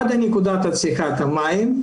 עד לנקודת צריכת המים,